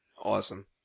Awesome